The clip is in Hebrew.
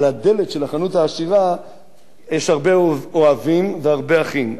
על הדלת של החנות העשירה יש הרבה אוהבים והרבה אחים,